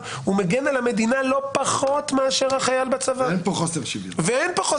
בפסקת ההתגברות על חוק יסוד: חופש העיסוק